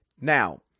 Now